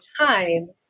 time